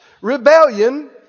rebellion